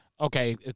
Okay